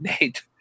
Nate